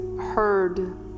heard